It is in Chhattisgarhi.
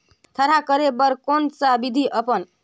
थरहा करे बर कौन सा विधि अपन?